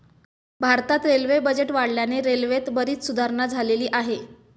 भारतात railway budget वाढल्याने रेल्वेत बरीच सुधारणा झालेली आहे